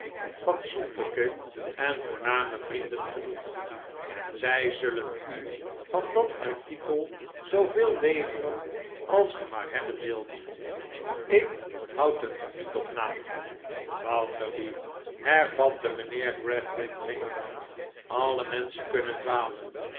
fatsoenlijke en voorname vrienden genoeg en zij zullen u van dat artikel zooveel leveren als ge maar hebben wilt ik houd het er niet op na bounderby hervatte mijnheer gradgrind dringend alle menschen kunnen dwalen